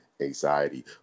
anxiety